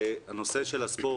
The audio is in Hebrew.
הנושא של הספורט,